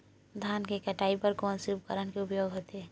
धान के कटाई बर कोन से उपकरण के उपयोग होथे?